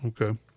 Okay